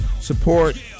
support